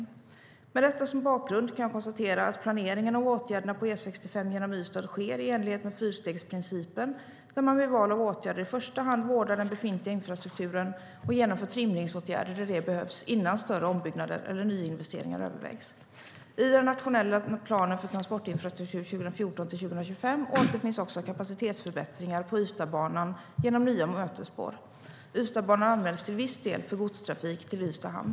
I den nationella planen för transportinfrastruktur 2014-2025 återfinns också kapacitetsförbättringar på Ystadbanan genom nya mötesspår. Ystadbanan används till viss del för godstrafik till Ystads hamn.